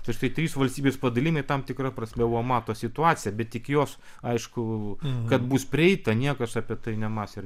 tai štao trys valstybės padalijimai tam tikra prasme buvo mato situaciją bet tik jos aišku kad bus prieita niekas apie tai nemąstė ir